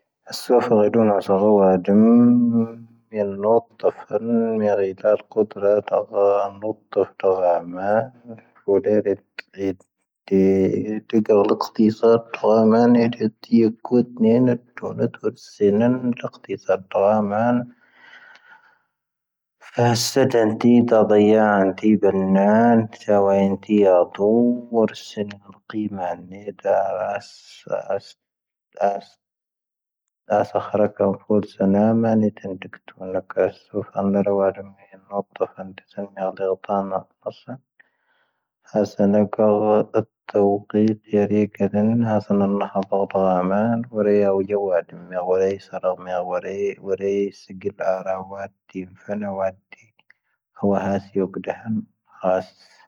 ⴰⵙⴼⴰⵔⴰⵉⴷⵓⵏ ⴰⵙⴰⵔⴰⵡⴰⴷⵓⵏ ⵎⵉⵍ ⵏ'oⵜⴰⴼⵓⵏ ⵎ'ⴻⵔⴻ ⵜⴰⵍ ⴽoⴷⵔⴰ ⵜ'ⴰ ⵣⴰⵀⴰⵏ ⵏ'oⵜⴰⴼ ⵜ'ⴰⵡⴰⵎⴰ. ⴼⵓⴷⵀⴻⵍⴻ ⵜ'ⴻ ⵜ'ⴻ ⵜ'ⴻ ⵜ'ⴻ ⵜ'ⴻ ⴳ'ⴰⵍ ⴻⵇⵜⵉⵙⴰⵔ ⵜ'ⴰⵡⴰⵎⴰⵏ. ⴻⵀⵜⵉ ⵜ'ⴻ ⴽⵓⵜⵏ'ⴻ ⵏ'ⴻⵜ'o ⵏ'ⴻⵜ'o ⵜ'ⵙⵉⵏ'ⴻⵏ ⴻⵇⵜⵉⵙⴰⵔ ⵜ'ⴰⵡⴰⵎⴰⵏ. ⴼⴰⴰⵙⴰⵜ ⵏ'ⵜⵉ ⵜ'ⴰ ⴷ'ⵢⴰ ⵏ'ⵜⵉ ⴱ'ⵏ'ⴰⵏ ⵜ'ⵊⴰⵡⴰ ⵏ'ⵜⵉ ⴰ ⵜ'o ⵡoⵔⵙⵉⵏ ⵉⵍ ⵇⵉⵎⴰⵏ.